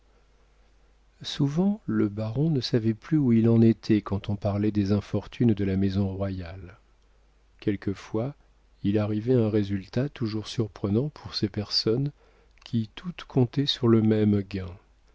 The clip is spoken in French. souvent le baron ne savait plus où il en était quand on parlait des infortunes de la maison royale quelquefois il arrivait un résultat toujours surprenant pour ces personnes qui toutes comptaient sur le même gain